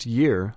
year